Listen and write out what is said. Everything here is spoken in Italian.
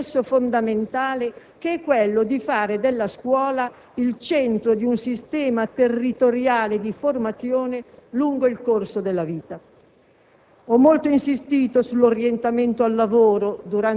con l'orientamento all'università si avvia un processo fondamentale che è quello di fare della scuola il centro di un sistema territoriale di formazione lungo il corso della vita.